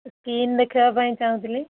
skin ଦେଖେଇବା ପାଇଁ ଚାହୁଁଥିଲି